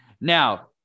now